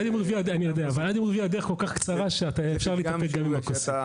אני יודע אבל עד יום רביעי הדרך כל כך קצרה שאפשר להתאפק גם עם הכוסית.